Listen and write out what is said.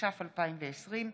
התש"ף 2020,